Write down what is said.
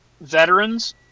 veterans